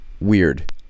weird